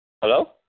Hello